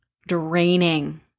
draining